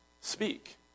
Speak